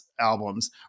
Albums